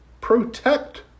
protect